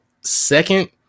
Second